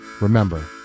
Remember